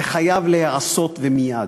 זה חייב להיעשות, ומייד.